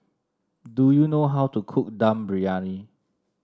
do you know how to cook Dum Briyani